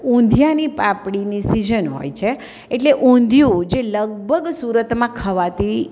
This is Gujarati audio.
ઊંધિયાની પાપડીની સિઝન હોય છે એટલે ઊંધિયું જે લગભગ સુરતમાં ખવાતી